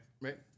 Right